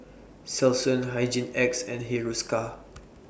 Selsun Hygin X and Hiruscar